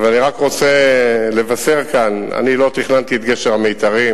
אבל אני רק רוצה לבשר כאן: אני לא תכננתי את גשר המיתרים.